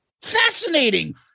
Fascinating